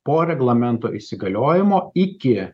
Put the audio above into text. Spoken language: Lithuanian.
po reglamento įsigaliojimo iki